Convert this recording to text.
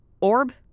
orb